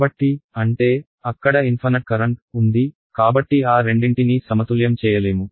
కాబట్టి అంటే అక్కడ అనంతమైన కరెంట్ ఉంది కాబట్టి ఆ రెండింటినీ సమతుల్యం చేయలేము